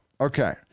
Okay